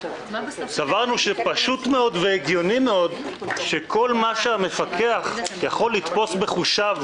שפשוט והגיוני מאוד שכל מה שהמפקח יכול לתפוס בחושיו,